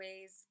ways